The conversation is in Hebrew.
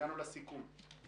הגענו לסיכום.